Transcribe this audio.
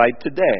today